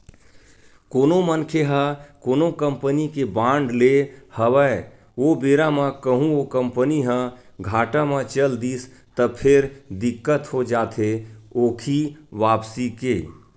कोनो मनखे ह कोनो कंपनी के बांड लेय हवय ओ बेरा म कहूँ ओ कंपनी ह घाटा म चल दिस त फेर दिक्कत हो जाथे ओखी वापसी के